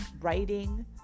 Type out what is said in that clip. writing